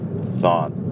Thought